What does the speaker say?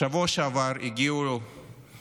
בשבוע שעבר הגיעו אל